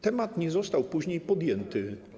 Temat nie został później podjęty.